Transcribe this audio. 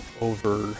over